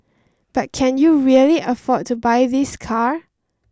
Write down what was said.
but can you really afford to buy this car